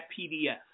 PDF